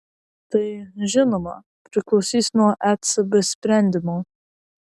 tai žinoma priklausys nuo ecb sprendimo